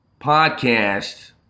podcast